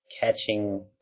catching